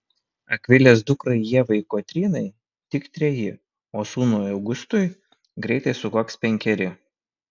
akvilės dukrai ievai kotrynai tik treji o sūnui augustui greitai sukaks penkeri